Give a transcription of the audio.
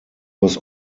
was